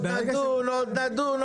עוד נדון.